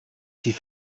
sie